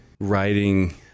writing